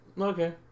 Okay